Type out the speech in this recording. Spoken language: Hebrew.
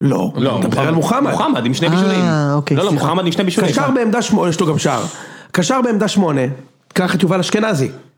לא. אתה מדבר על מוחמד. מוחמד עם שני בישולים. אה, אוקיי, סליחה. לא, לא, מוחמד עם שני בישולים. קשר בעמדה שמונה. יש לו גם שער. קשר בעמדה שמונה, קח את יובל אשכנזי.